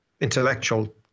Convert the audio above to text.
intellectual